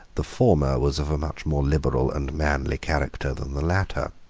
the former was of a much more liberal and manly character than the latter.